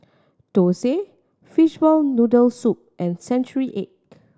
thosai fishball noodle soup and century egg